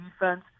defense